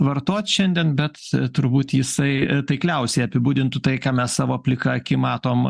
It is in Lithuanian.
vartot šiandien bet turbūt jisai taikliausiai apibūdintų tai ką mes savo plika akim matom